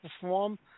perform